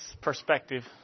perspective